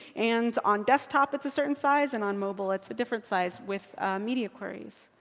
and on desktop, it's a certain size, and on mobile, it's a different size, with media queries.